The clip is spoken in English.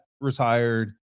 retired